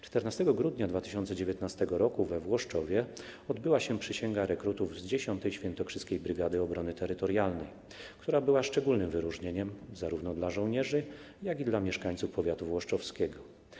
14 grudnia 2019 r. we Włoszczowie odbyła się przysięga rekrutów z 10. Świętokrzyskiej Brygady Obrony Terytorialnej, która była szczególnym wyróżnieniem zarówno dla żołnierzy, jak i dla mieszkańców powiatu włoszczowskiego.